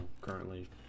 currently